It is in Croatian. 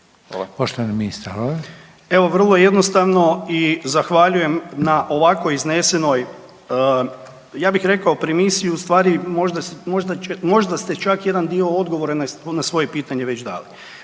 Darko (HDZ)** Evo vrlo jednostavno i zahvaljujem na ovako iznesenoj, ja bih rekao premisi, u stvari možda ste čak jedan dio odgovora na svoje pitanje već dali.